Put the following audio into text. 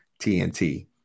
TNT